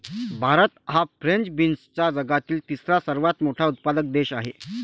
भारत हा फ्रेंच बीन्सचा जगातील तिसरा सर्वात मोठा उत्पादक देश आहे